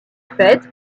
fête